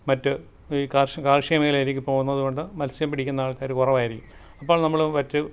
മറ്റ് ഈ കാർഷിക കാർഷികമേഖലയിലേക്ക് പോകുന്നതുകൊണ്ട് മത്സ്യം പിടിക്കുന്ന ആൾക്കാർ കുറവായിരിക്കും അപ്പം നമ്മൾ മറ്റ്